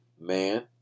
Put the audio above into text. man